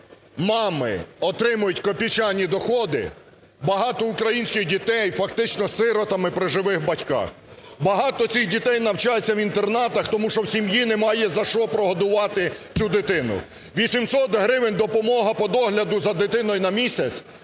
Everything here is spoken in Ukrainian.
мами отримують копійчані доходи, багато українських дітей фактично сиротами при живих батьках. Багато цих дітей навчається в інтернатах, тому що в сім'ї немає за що прогодувати цю дитину. 800 гривень – допомога по догляду за дитиною на місяць.